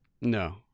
No